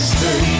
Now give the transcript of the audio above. Stay